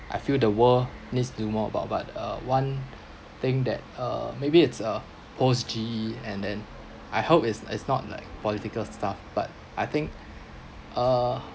I feel the world needs do more about but uh one thing that uh maybe it's uh post G_E and then I hope is it's not like political s~ stuff but I think uh